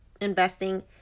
investing